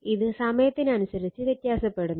ഇത് സമയത്തിനനുസരിച് വ്യത്യാസപ്പെടുന്നു